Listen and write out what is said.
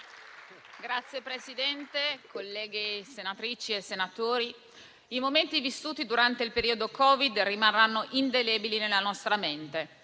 Signor Presidente, senatrici e senatori, i momenti vissuti durante il periodo Covid rimarranno indelebili nella nostra mente.